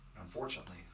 unfortunately